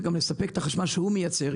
וגם לספק את החשמל שהוא מייצר,